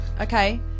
Okay